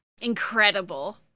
Incredible